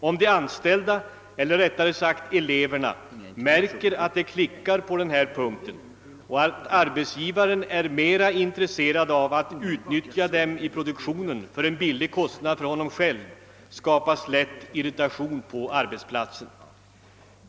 Om de anställda eller rättare sagt »eieverna» märker, att det klickar på denna punkt och att arbetsgivaren är mera intresserad av att utnyttja dem i produktionen för en låg kostnad för honom själv, skapas lätt irritation på arbetsplatsen.